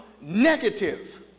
negative